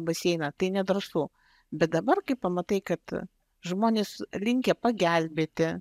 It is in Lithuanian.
baseiną tai nedrąsu bet dabar kai pamatai kad žmonės linkę pagelbėti